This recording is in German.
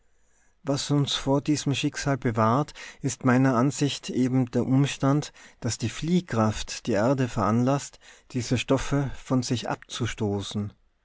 was uns vor diesem schicksal bewahrt ist meiner ansicht eben der umstand daß die fliehkraft die erde veranlaßt diese stoffe von sich abzustoßen